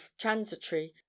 transitory